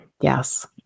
Yes